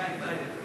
111),